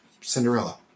Cinderella